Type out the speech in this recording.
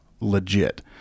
legit